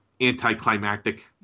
anticlimactic